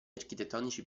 architettonici